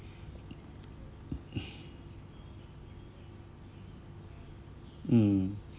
mm